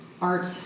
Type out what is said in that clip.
art